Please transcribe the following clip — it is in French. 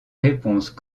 réponse